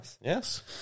Yes